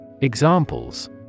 Examples